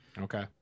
okay